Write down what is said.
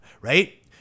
right